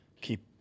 keep